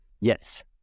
Yes